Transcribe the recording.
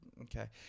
Okay